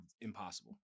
Impossible